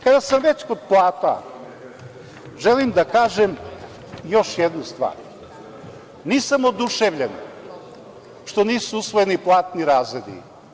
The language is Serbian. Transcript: Kada sam već kod plata, želim da kažem još jednu stvar, nisam oduševljen što nisu usvojeni platni razredi.